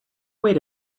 wait